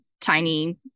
tiny